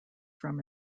from